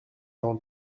temps